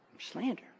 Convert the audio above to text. slander